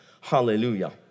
Hallelujah